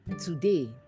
today